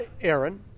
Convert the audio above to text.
Aaron